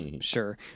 sure